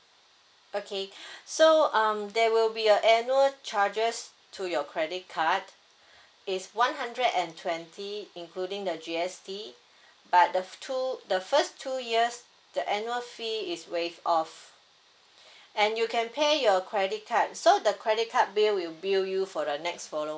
okay so um there will be a annual charges to your credit card it's one hundred and twenty including the G_S_T but the two the first two years the annual fee is waived off and you can pay your credit card so the credit card bill will bill you for the next follow~